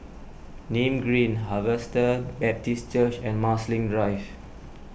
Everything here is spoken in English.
Nim Green Harvester Baptist Church and Marsiling Drive